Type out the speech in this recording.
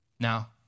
Now